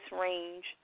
range